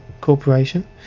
corporation